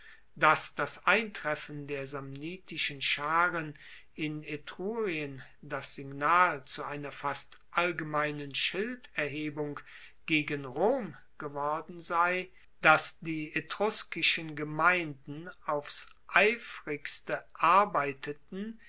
dass das eintreffen der samnitischen scharen in etrurien das signal zu einer fast allgemeinen schilderhebung gegen rom geworden sei dass die etruskischen gemeinden aufs eifrigste arbeiteten